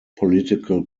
political